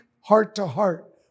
heart-to-heart